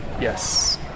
Yes